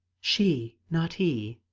she not he.